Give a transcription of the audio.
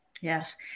Yes